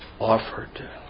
offered